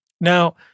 now